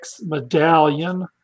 medallion